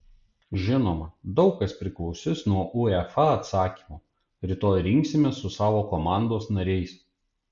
žinoma daug kas priklausys nuo uefa atsakymo rytoj rinksimės su savo komandos nariais